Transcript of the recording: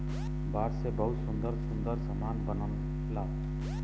बांस से बहुते सुंदर सुंदर सामान बनला